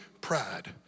pride